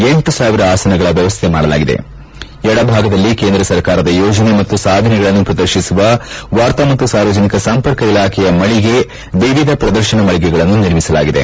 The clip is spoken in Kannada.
ಎಂಟು ಸಾವಿರ ಆಸನಗಳ ವ್ಯವಸ್ಥೆ ಮಾಡಲಾಗಿದೆ ಎಡಭಾಗದಲ್ಲಿ ಕೇಂದ್ರ ಸರ್ಕಾರದ ಯೋಜನೆ ಮತ್ತು ಸಾಧನೆಗಳನ್ನು ಪ್ರದರ್ಶಿಸುವ ವಾರ್ತಾ ಮತ್ತು ಸಾರ್ವಜನಿಕ ಸಂಪರ್ಕ ಇಲಾಖೆಯ ಮಳಿಗೆ ವಿವಿಧ ಪ್ರದರ್ಶನ ಮಳಿಗೆಗಳನ್ನು ನಿರ್ಮಿಸಲಾಗಿದೆ